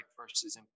versus